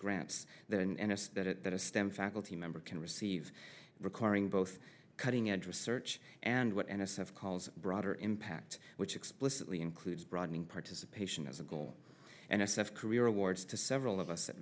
it's that it that a stem faculty member can receive requiring both cutting edge research and what n s f calls broader impact which explicitly includes broadening participation as a goal and i said career awards to several of us at